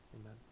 amen